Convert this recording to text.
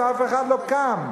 ואף אחד לא קם,